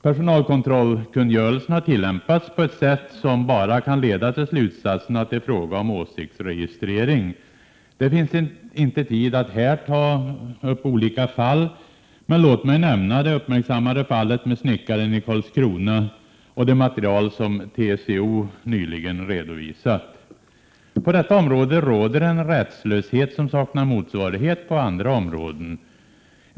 Personalkontrollkungörelsen har tillämpats på ett sätt som bara kan leda till den slutsatsen att det är fråga om åsiktsregistrering. Det finns inte tid att här ta upp olika fall, men låt mig nämna det uppmärksammade fallet med snickaren i Karlskrona och det material som TCO nyligen redovisat. På detta område råder en rättslöshet som saknar motsvarighet på andra områden.